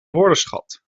woordenschat